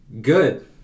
Good